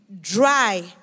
dry